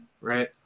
right